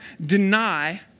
deny